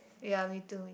ya me too